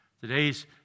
Today's